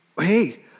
Hey